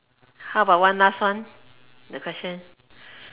how about one last one the question